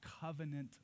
covenant